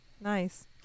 nice